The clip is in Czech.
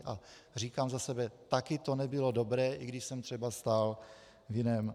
A říkám za sebe, taky to nebylo dobré, i když jsem třeba stál v jiném táboře.